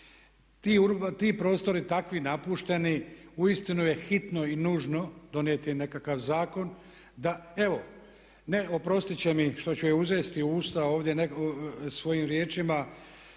Ti prostori takvi napušteni uistinu je hitno i nužno donijeti nekakav zakon da, evo oprostit će mi što ću je uzeti u usta ovdje svojim riječima